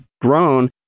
grown